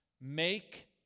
make